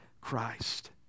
Christ